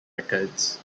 records